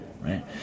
right